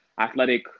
athletic